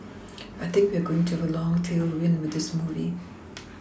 we think we are going to have a long tailwind with this movie